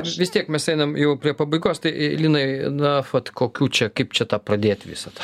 vis tiek mes einam jau prie pabaigos tai linai na vat kokių čia kaip čia tą pradėt visą tą